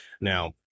now